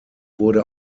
wurde